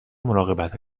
مراقبت